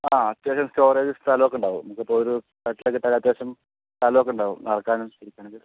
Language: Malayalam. ആ ചെറിയൊരു സ്റ്റോറേജ് സ്ഥലമൊക്കെ ഉണ്ടാകും നമുക്കിപ്പോൾ ഒരു കട്ടിലൊക്കെ ഇട്ടാലും അത്യാവശ്യം സ്ഥലമൊക്കെ ഉണ്ടാകും നടക്കാനും ഇരിക്കാനുമൊക്കെ